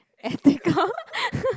ethical